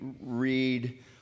read